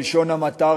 בלשון המעטה,